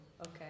okay